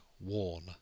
worn